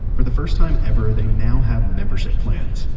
for the first time ever they now have membership plans.